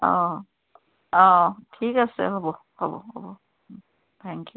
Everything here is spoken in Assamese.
অ অ ঠিক আছে হ'ব হ'ব হ'ব ও থেংকিউ